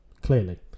clearly